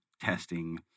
testing